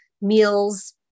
meals